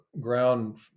ground